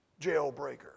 Jailbreaker